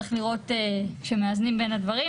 צריך לראות שמאזנים בין הדברים.